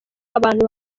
abantu